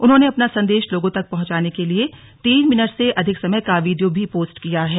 उन्होंने अपना संदेश लोगों तक पहुंचाने के लिए तीन मिनट से अधिक समय का वीडियो भी पोस्ट किया है